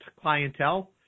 clientele